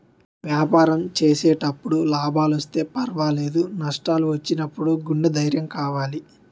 వ్యాపారం చేసేటప్పుడు లాభాలొస్తే పర్వాలేదు, నష్టాలు వచ్చినప్పుడు గుండె ధైర్యం కావాలి